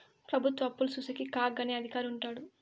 ప్రభుత్వ అప్పులు చూసేకి కాగ్ అనే అధికారి ఉంటాడు